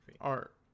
Art